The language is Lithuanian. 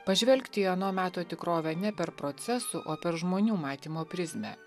pažvelgti į ano meto tikrovę ne per procesų o per žmonių matymo prizmę